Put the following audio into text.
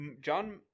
John